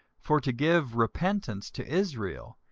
for to give repentance to israel,